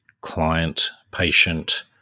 client-patient